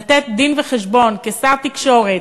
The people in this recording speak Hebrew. לתת דין-וחשבון כשר התקשורת,